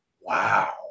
wow